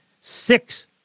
Six